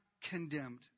condemned